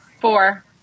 Four